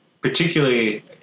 particularly